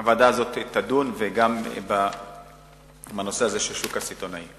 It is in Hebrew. הוועדה הזאת תדון וגם בנושא הזה של השוק הסיטונאי.